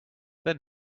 then